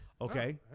Okay